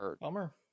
Bummer